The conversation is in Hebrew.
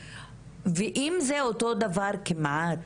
ואם זה אותו דבר כמעט,